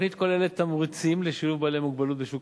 התוכנית כוללת תמריצים לשילוב בעלי מוגבלות בשוק